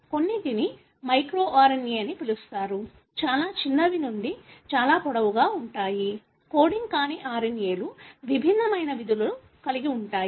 కొన్నింటిని micro RNA అని పిలుస్తారు చాలా చిన్నవి నుండి చాలా పొడవుగా ఉంటాయి కోడింగ్ కాని RNA లు విభిన్నమైన విధులను కలిగి ఉంటాయి